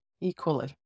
equally